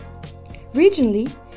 Regionally